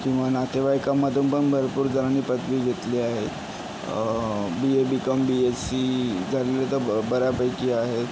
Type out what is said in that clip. किंवा नातेवाईकामध्ये पण भरपूर जणांनी पदवी घेतली आहे B A B com B Sc धरले तर ब बऱ्यापैकी आहेत